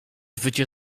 wycie